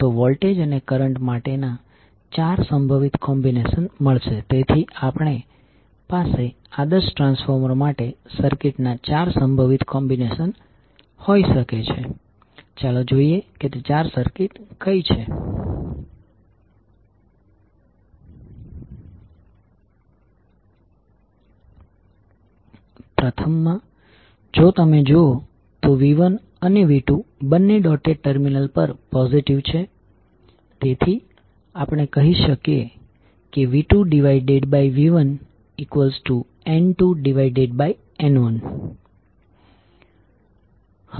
તેથી કોઇલ 1 માટે v1i1R1L1di1dtMdi2dtV1R1jωL1I1jωMI2 હવે અહીં બંને કેસમાં તમારો કરંટ સંદર્ભ માટેના ડોટ ની અંદર જઈ રહ્યો છે પોલેરિટી બંને બાજુ પોઝિટિવ છે જ્યાં ડોટ જોડાયેલ છે